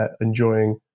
enjoying